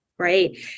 right